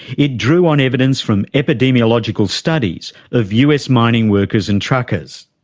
it drew on evidence from epidemiological studies of us mining workers and truckers.